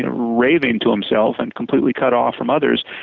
ah raving to himself and completely cut off from others.